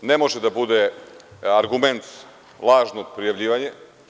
Ne može da bude argument lažnog prijavljivanja.